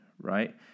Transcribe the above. right